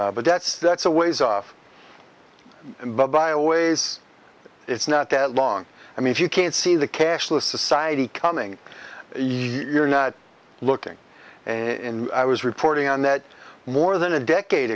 but that's that's a ways off but by a ways it's not that long i mean if you can't see the cashless society coming you're not looking and i was reporting on that more than a decade